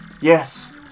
Yes